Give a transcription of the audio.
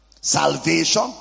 Salvation